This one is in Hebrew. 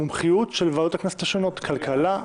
המומחיות של ועדות הכנסת השונות: כלכלה,